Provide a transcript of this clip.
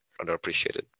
underappreciated